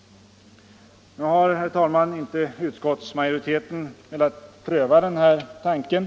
Nu har, herr talman, utskottsmajoriteten inte velat pröva den här tanken.